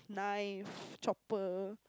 knife chopper